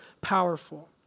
powerful